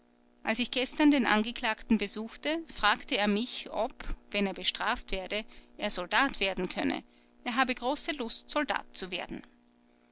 als ich gestern den angeklagten besuchte fragte er mich ob wenn er bestraft werde er soldat werden könnte er habe große lust soldat zu werden